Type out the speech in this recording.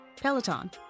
Peloton